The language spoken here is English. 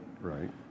right